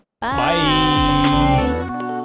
Bye